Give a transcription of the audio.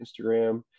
Instagram